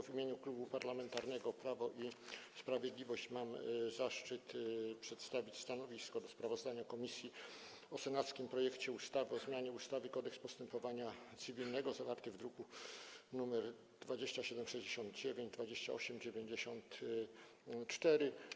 W imieniu Klubu Parlamentarnego Prawo i Sprawiedliwość mam zaszczyt przedstawić stanowisko wobec sprawozdania komisji o senackim projekcie ustawy o zmianie ustawy Kodeks postępowania cywilnego, druki nr 2769 i 2894.